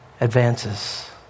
advances